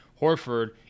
Horford